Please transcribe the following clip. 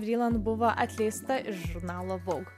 vriland buvo atleista iš žurnalo vogue